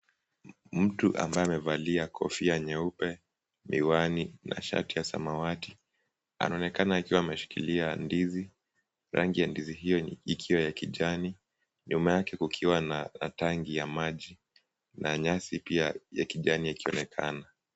Mtu ambaye amevalia kofia nyeupe, miwani na shati ya samawati anaonekana akiwa ameshikilia ndizi. Rangi ya ndizi hiyo ikiwa ya kijani ,nyuma yake kukiwa na tanki ya maji na nyasi pia ya kijani yakionekana.